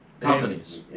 companies